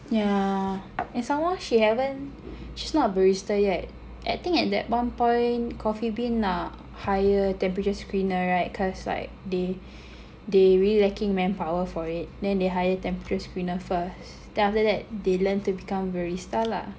yeah and somemore she haven't she's not a barista yet I think at that one point Coffee Bean nak hire temperature screener right cause like they they really lacking manpower for it then they hire temporary screener first then after that they learn to become barista lah